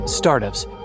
Startups